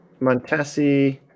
Montesi